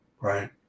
Right